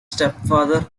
stepfather